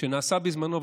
שנעשה בזמנו,